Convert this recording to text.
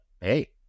hey